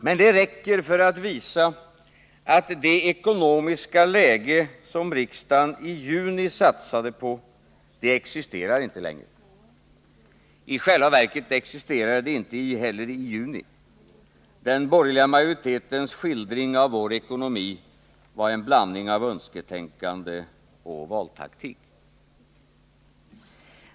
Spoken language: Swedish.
Men detta räcker för att visa att det ekonomiska läge som riksdagen i juni satsade på existerar inte längre. I stabilisera ekono själva verket existerade det inte heller i juni — den borgerliga majoritetens skildring av vår ekonomi var en blandning av önsketänkande och valtaktik.